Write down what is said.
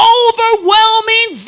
overwhelming